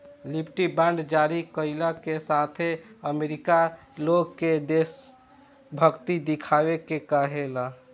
liberty bond जारी कईला के साथे अमेरिका लोग से देशभक्ति देखावे के कहेला